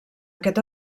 aquest